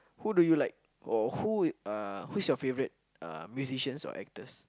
who do you like or who uh who's your favourite uh musicians or actors